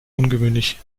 ungewöhnlich